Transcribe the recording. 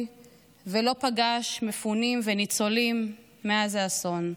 ולא פגש מפונים וניצולים מאז האסון.